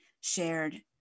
shared